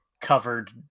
covered